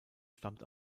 stammt